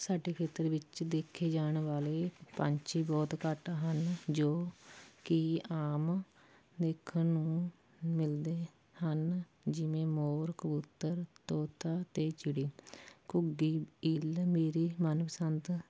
ਸਾਡੇ ਖੇਤਰ ਵਿੱਚ ਦੇਖੇ ਜਾਣ ਵਾਲੇ ਪੰਛੀ ਬਹੁਤ ਘੱਟ ਹਨ ਜੋ ਕਿ ਆਮ ਦੇਖਣ ਨੂੰ ਮਿਲਦੇ ਹਨ ਜਿਵੇਂ ਮੋਰ ਕਬੂਤਰ ਤੋਤਾ ਅਤੇ ਚਿੜੀ ਘੁੱਗੀ ਇੱਲ ਮੇਰੇ ਮਨਪਸੰਦ